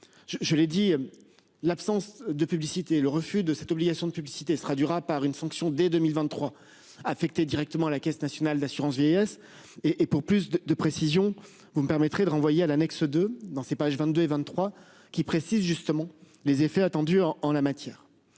je l'ai dit. L'absence de publicité, le refus de cette obligation de publicité sera durable par une sanction dès 2023 affecter directement à la Caisse nationale d'assurance vieillesse et et pour plus de précisions. Vous me permettrez de renvoyer à l'annexe II dans ces pages 22 et 23, qui précise justement les effets attendus en en la matière.